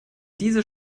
diese